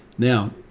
now,